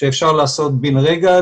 שאפשר לעשות בן רגע,